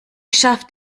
schafft